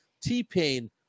T-Pain